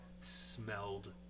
smelled